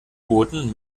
booten